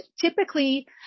typically